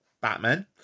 Batman